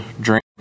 drink